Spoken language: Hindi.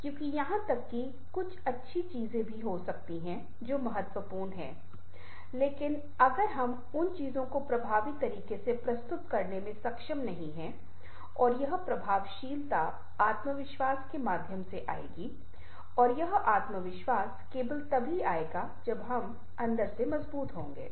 क्योंकि यहां तक कि कुछ अच्छी चीजें भी हो सकती हैं जो महत्वपूर्ण हैं लेकिन अगर हम उन चीजों को प्रभावी तरीके से प्रस्तुत करने में सक्षम नहीं हैं और यह प्रभावशीलता आत्मविश्वास के माध्यम से आएगी और यह आत्मविश्वास केवल तभी आएगा जब हम अंदर से मजबूत होंगे